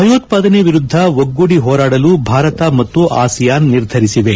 ಭಯೋತ್ಪಾದನೆ ವಿರುದ್ದ ಒಗ್ಗೂಡಿ ಹೋರಾಡಲು ಭಾರತ ಮತ್ತು ಆಸಿಯಾನ್ ನಿರ್ಧರಿಸಿವೆ